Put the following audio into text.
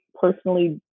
personally